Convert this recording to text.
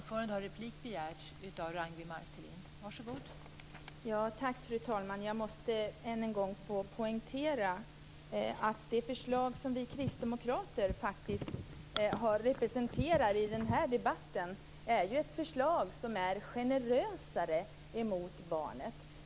Fru talman! Jag måste än en gång få poängtera att det förslag som vi kristdemokrater företräder i den här debatten är ett förslag som är generösare mot barnet.